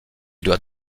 doit